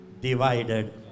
divided